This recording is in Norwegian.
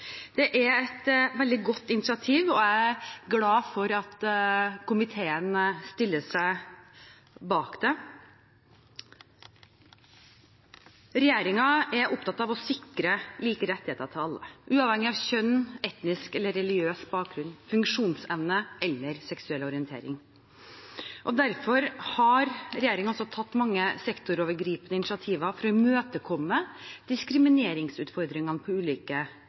Det er et veldig godt initiativ, og jeg er glad for at komiteen stiller seg bak det. Regjeringen er opptatt av å sikre like rettigheter til alle, uavhengig av kjønn, etnisk eller religiøs bakgrunn, funksjonsevne eller seksuell orientering. Derfor har regjeringen også tatt mange sektorovergripende initiativ for å imøtekomme diskrimineringsutfordringene på ulike